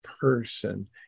person